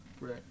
Right